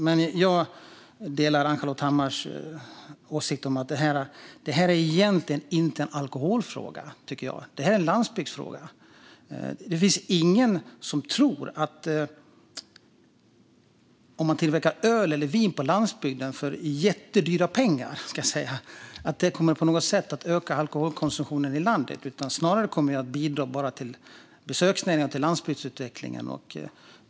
Men jag delar Ann-Charlotte Hammar Johnssons åsikt om att detta egentligen inte är en alkoholfråga utan en landsbygdsfråga. Det finns ingen som tror att det på något sätt kommer att öka alkoholkonsumtionen i landet om man tillverkar öl eller vin på landsbygden för jättemycket pengar. Snarare kommer det att bidra till besöksnäringen och till landsbygdsutvecklingen.